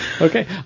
Okay